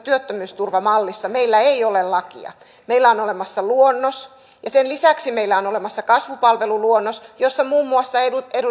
työttömyysturvamallissa meillä ei ole lakia meillä on olemassa luonnos ja sen lisäksi meillä on olemassa kasvupalveluluonnos jossa muun muassa